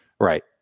Right